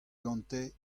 gante